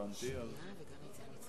לא אכפת לי.